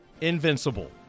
invincible